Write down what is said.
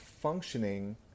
functioning